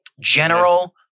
General